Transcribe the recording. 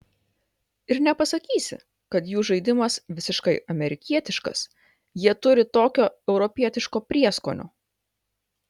ir nepasakysi kad jų žaidimas visiškai amerikietiškas jie turi tokio europietiško prieskonio